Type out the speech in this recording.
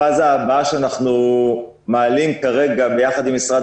הפאזה הבאה שאנחנו מעלים כרגע ביחד עם משרד